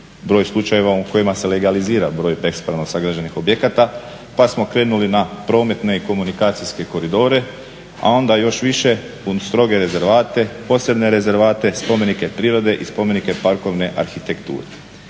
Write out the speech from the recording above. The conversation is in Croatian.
broj slučajeva u kojima se legalizira broj bespravno sagrađenih objekata. Pa smo krenuli na prometne i komunikacijske koridore, a onda još više u stroge rezervate, posebne rezervate, spomenike prirode i spomenike parkovne arhitekture.